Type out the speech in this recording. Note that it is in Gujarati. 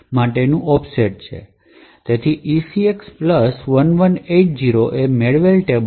તેથી ECX 1180 એ મેળવેલ ટેબલનું ઑફસેટ છે